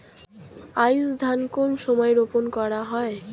আউশ ধান কোন সময়ে রোপন করা হয়?